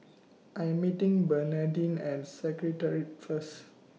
I Am meeting Bernardine At Secretariat First